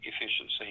efficiency